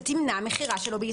אתה תמנע מכירה שלו בישראל.